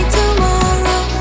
tomorrow